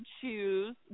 choose